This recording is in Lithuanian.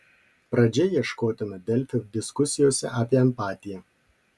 pradžia ieškotina delfi diskusijose apie empatiją